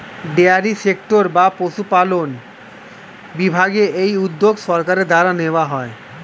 dairy sector বা পশুপালন বিভাগে এই উদ্যোগ সরকারের দ্বারা নেওয়া হয়